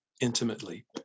intimately